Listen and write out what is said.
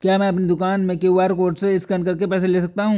क्या मैं अपनी दुकान में क्यू.आर कोड से स्कैन करके पैसे ले सकता हूँ?